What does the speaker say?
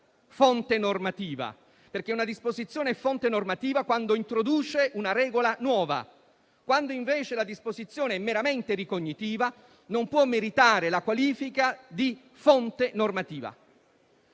fonte normativa, perché una disposizione è fonte normativa quando introduce una regola nuova. Quando, invece, la disposizione è meramente ricognitiva, non può meritare la qualifica di fonte normativa.